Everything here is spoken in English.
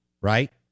right